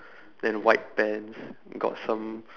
then white pants got some